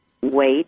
wait